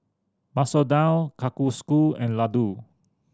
Masoor Dal Kalguksu and Ladoo